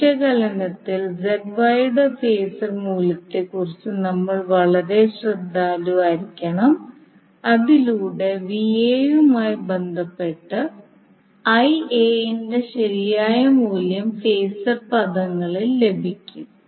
വിശകലനത്തിൽ യുടെ ഫേസർ മൂല്യത്തെക്കുറിച്ച് നമ്മൾ വളരെ ശ്രദ്ധാലുവായിരിക്കണം അതിലൂടെ Va യുമായി ബന്ധപ്പെട്ട് Ia ന്റെ ശരിയായ മൂല്യം ഫേസർ പദങ്ങളിൽ ലഭിക്കും